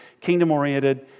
kingdom-oriented